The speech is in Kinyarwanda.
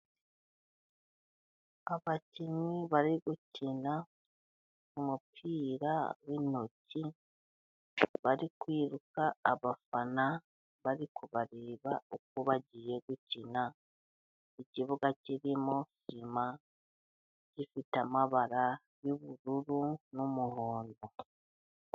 Abakinnyi bari gukina umupira w'intoki, bari kwiruka abafana bari kubareba uko bagiye gukina, ikibuga kirimo sima, gifite amabara y'ubururu n'umuhondo.